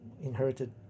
inherited